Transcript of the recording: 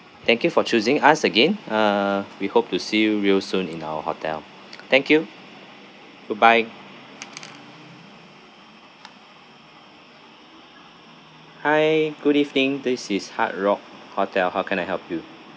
thank you for choosing us again uh we hope to see you real soon in our hotel thank you goodbye hi good evening this is hard rock hotel how can I help you